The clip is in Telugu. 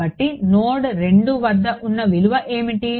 కాబట్టి నోడ్ 2 వద్ద ఉన్న విలువ ఏమిటి